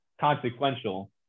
consequential